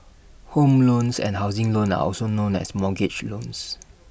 home loans and housing loans are also known as mortgage loans